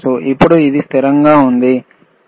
ఇప్పుడు ఇది స్థిరంగా ఉంది 15